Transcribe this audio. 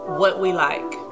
whatwelike